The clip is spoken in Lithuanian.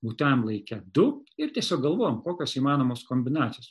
būtajam laike du ir tiesiog galvojom kokios įmanomos kombinacijos